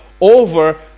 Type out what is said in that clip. over